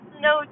no